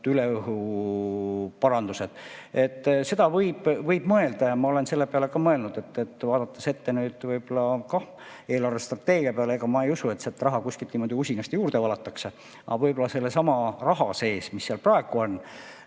üle õhu parandused –, seda võib mõelda. Ma olen selle peale ka mõelnud, et vaadates ette võib-olla ka eelarvestrateegia peale, ega ma ei usu, et raha kuskilt niimoodi usinasti juurde valatakse. Aga võib-olla sellesama raha sees, mis seal praegu on